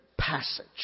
passage